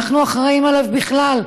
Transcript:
אנחנו אחראים להם בכלל,